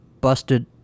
busted